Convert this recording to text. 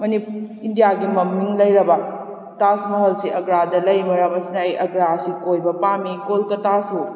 ꯏꯟꯗꯤꯌꯥꯒꯤ ꯃꯃꯤꯡ ꯂꯩꯔꯕ ꯇꯥꯖ ꯃꯥꯍꯜꯁꯤ ꯑꯒ꯭ꯔꯥꯗ ꯂꯩ ꯃꯔꯝ ꯑꯁꯤꯅ ꯑꯩ ꯑꯒ꯭ꯔꯥꯁꯤ ꯀꯣꯏꯕ ꯄꯥꯝꯃꯤ ꯀꯣꯜꯀꯥꯇꯥꯁꯨ